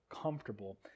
comfortable